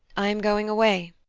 i am going away.